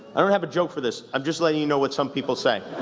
i don't have a joke for this. i'm just letting you know what some people say.